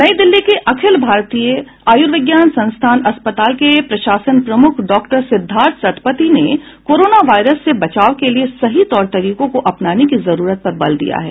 नई दिल्ली के अखिल भारतीय आयुर्विज्ञान संस्थान अस्पताल के प्रशासन प्रमुख डॉक्टर सिद्धार्थ सतपथी ने कोरोना वायरस से बचाव के लिए सही तौर तरीकों को अपनाने की जरूरत पर बल दिया है